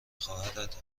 خواهرت